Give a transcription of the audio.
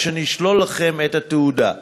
או שנשלול לכם את התעודה.